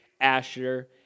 Asher